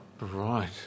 Right